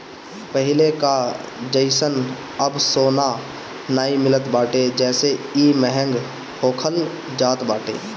पहिले कअ जइसन अब सोना नाइ मिलत बाटे जेसे इ महंग होखल जात बाटे